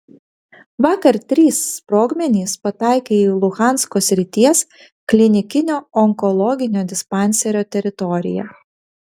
vakar trys sprogmenys pataikė į luhansko srities klinikinio onkologinio dispanserio teritoriją